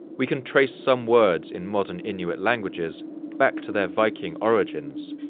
we can trace some words in modern inuit languages back to their viking origins,